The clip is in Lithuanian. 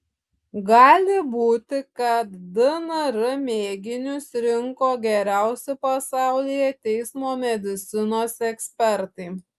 gali būti kad dnr mėginius rinko geriausi pasaulyje teismo medicinos ekspertai